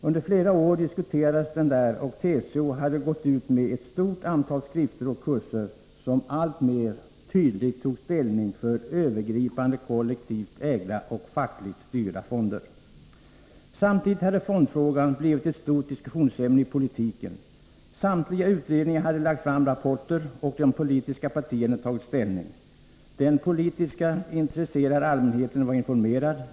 Under flera år diskuterades den där, och TCO hade gått ut med ett stort antal skrifter och kurser som allt tydligare tog ställning för övergripande kollektivt ägda och fackligt styrda fonder. Samtidigt hade fondfrågan blivit ett stort diskussionsämne i politiken. Statliga utredningar hade lagt fram rapporter och de politiska partierna tagit ställning. Den politiskt intresserade allmänheten var informerad.